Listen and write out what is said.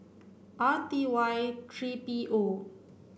R T Y three P O